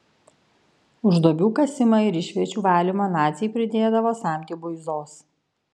už duobių kasimą ir išviečių valymą naciai pridėdavo samtį buizos